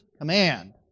command